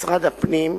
משרד הפנים,